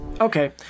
okay